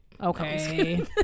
Okay